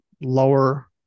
lower